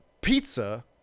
Pizza